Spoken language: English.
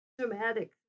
dramatic